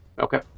Okay